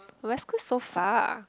West Coast is so far